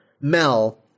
Mel